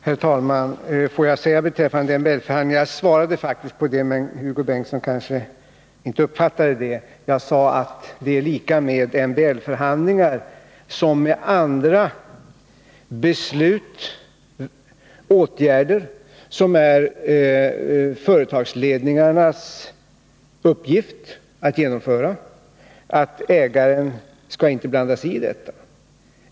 Herr talman! Jag svarade faktiskt på frågan om MBL-förhandlingarna, men Hugo Bengtsson kanske inte uppfattade det. Jag sade att detsamma gäller för MBL-förhandlingarna som för andra åtgärder som det är företagsledningarnas uppgift att genomföra: Ägaren skall inte blanda sig i dem.